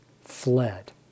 fled